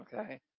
okay